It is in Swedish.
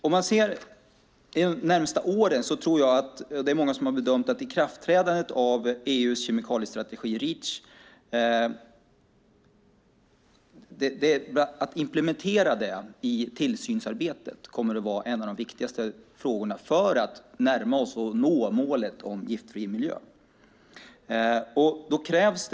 Om man ser till de närmaste åren är det många med mig som har bedömt att ikraftträdandet av EU:s kemikaliestrategi Reach och implementeringen av detta i tillsynsarbetet kommer att vara en av de viktigaste frågorna för att vi ska kunna närma oss och nå målet en giftfri miljö.